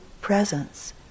presence